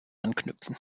anknüpfen